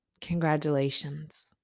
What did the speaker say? Congratulations